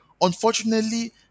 unfortunately